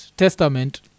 testament